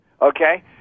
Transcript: Okay